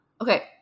Okay